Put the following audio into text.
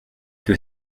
que